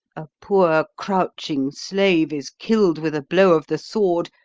a poor crouching slave is killed with a blow of the sword,